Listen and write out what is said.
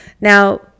Now